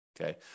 okay